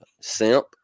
Simp